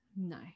no